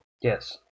yes